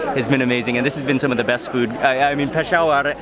has been amazing, and this has been some of the best food. i mean, peshawar,